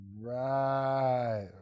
Right